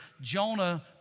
Jonah